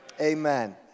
Amen